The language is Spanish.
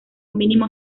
mínimo